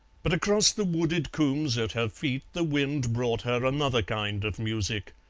but across the wooded combes at her feet the wind brought her another kind of music,